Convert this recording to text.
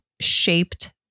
shaped